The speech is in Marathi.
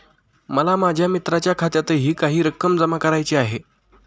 मला माझ्या मित्राच्या खात्यातही काही रक्कम जमा करायची आहे